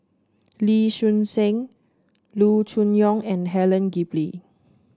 Lee Choon Seng Loo Choon Yong and Helen Gilbey